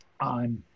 on